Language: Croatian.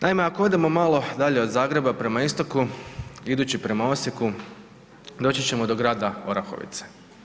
Naime, ako odemo malo dalje od Zagreba prema istoku idući prema Osijeku doći ćemo do grada Orahovice.